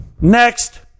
Next